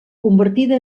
convertida